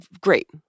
great